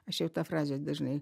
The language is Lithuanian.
aš jau tą frazę dažnai